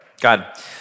God